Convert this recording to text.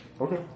Okay